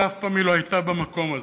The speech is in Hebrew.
ואף פעם היא לא הייתה במקום הזה.